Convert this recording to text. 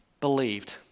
believed